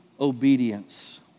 obedience